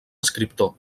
escriptor